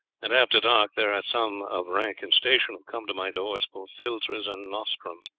and after dark there are some of rank and station who come to my doors for filtres and nostrums,